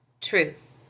Truth